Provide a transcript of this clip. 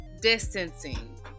distancing